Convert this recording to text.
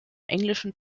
englischen